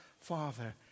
father